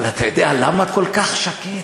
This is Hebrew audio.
אבל אתה יודע למה כל כך שקט?